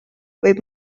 võib